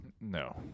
No